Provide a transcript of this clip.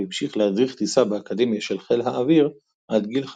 והמשיך להדריך טיסה באקדמיה של חה"א עד גיל 58.